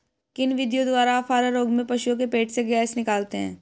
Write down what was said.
किन विधियों द्वारा अफारा रोग में पशुओं के पेट से गैस निकालते हैं?